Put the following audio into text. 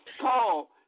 call